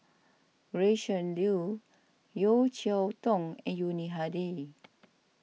Gretchen Liu Yeo Cheow Tong and Yuni Hadi